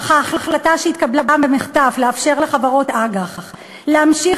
אך ההחלטה שהתקבלה במחטף לאפשר לחברות אג"ח להמשיך